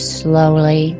slowly